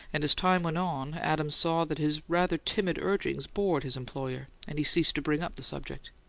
and, as time went on, adams saw that his rather timid urgings bored his employer, and he ceased to bring up the subject.